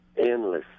Endless